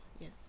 yes